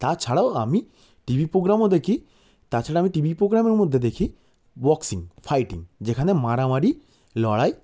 তাছাড়াও আমি টিভি পোগ্রামও দেখি তাছাড়া আমি টিবির পোগ্রামের মধ্যে দেখি বক্সিং ফাইটিং যেখানে মারামারি লড়াই